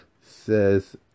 says